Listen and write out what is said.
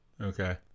Okay